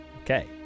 Okay